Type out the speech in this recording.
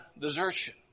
desertion